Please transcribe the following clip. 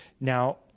Now